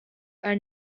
are